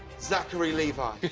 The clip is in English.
zachary levi.